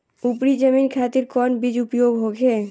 उपरी जमीन खातिर कौन बीज उपयोग होखे?